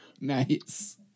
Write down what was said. Nice